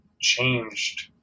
changed